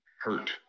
hurt